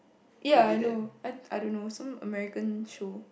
ya I know I I don't know some American show